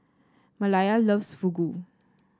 Maleah loves Fugu